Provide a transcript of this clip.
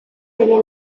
delle